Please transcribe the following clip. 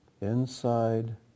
Inside